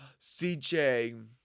CJ